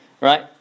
right